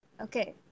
Okay